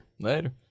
Later